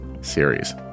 series